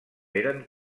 eren